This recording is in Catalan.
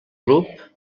grup